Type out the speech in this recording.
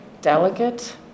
delicate